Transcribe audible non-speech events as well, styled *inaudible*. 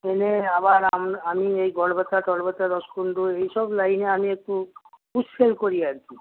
ট্রেনে আবার আমি এই গড়বেতা টড়বেতা রসকুণ্ডু এসব লাইনে আমি একটু *unintelligible* করি আর কি